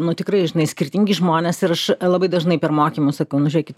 nu tikrai žinai skirtingi žmonės ir aš labai dažnai per mokymus sakau nu žiūrėkit